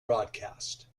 broadcast